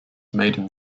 maiden